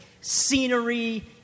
scenery